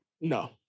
no